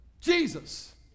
Jesus